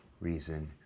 reason